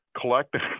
collecting